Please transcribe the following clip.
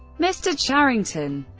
mr. charrington,